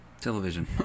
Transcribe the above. television